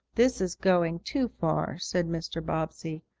this is going too far, said mr. bobbsey.